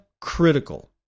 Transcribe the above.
critical